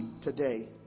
today